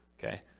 Okay